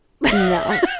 no